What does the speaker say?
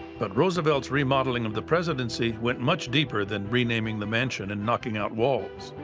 but roosevelt's remodeling of the presidency went much deeper than renaming the mansion and knocking out walls.